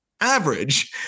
average